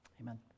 amen